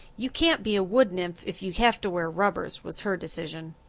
you can't be a wood-nymph if you have to wear rubbers, was her decision.